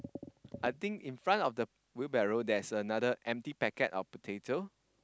I think in front of the wheelbarrow there's another empty packet of potato